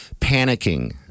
panicking